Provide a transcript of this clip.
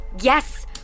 Yes